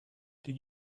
did